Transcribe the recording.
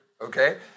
okay